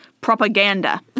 Propaganda